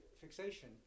fixation